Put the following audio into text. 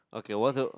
okay what's your